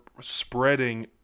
spreading